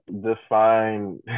Define